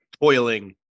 toiling